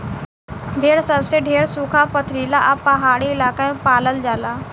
भेड़ सबसे ढेर सुखा, पथरीला आ पहाड़ी इलाका में पालल जाला